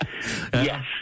Yes